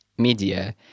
media